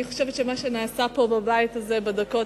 אני חושבת שמה שנעשה פה בבית הזה בדקות